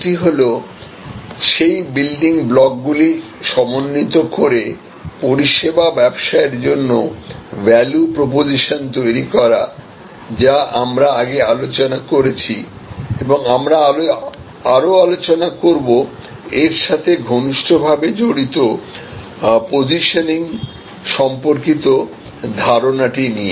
একটি হল সেই বিল্ডিং ব্লকগুলি সমন্বিত করে পরিষেবা ব্যবসায়ের জন্য ভ্যালু প্রপোজিশন তৈরি করা যা আমরা আগে আলোচনা করেছি এবং আমরা আরো আলোচনা করব এর সাথে ঘনিষ্ঠ ভাবে জড়িত পসিশনিং সম্পর্কিত ধারণাটি নিয়ে